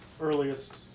earliest